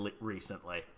recently